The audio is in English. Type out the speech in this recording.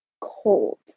cold